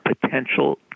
Potential